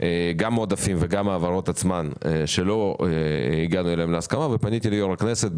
גם העודפים וגם ההעברות שלא הגענו לגביהם להסכמה ופניתי ליו"ר הכנסת,